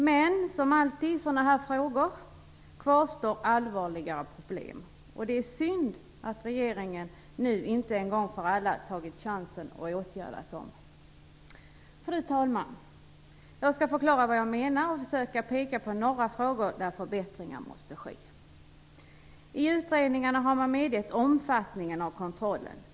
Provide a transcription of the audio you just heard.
Men som alltid i sådana här frågor kvarstår allvarliga problem. Det är synd att regeringen nu inte en gång för alla tagit chansen att åtgärda dem. Fru talman! Jag skall förklara vad jag menar och försöka peka på några områden där förbättringar måste ske. I utredningarna har man medgett omfattningen av kontrollen.